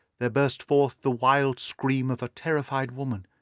there burst forth the wild scream of a terrified woman.